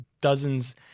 dozens